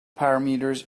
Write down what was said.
parameters